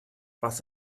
was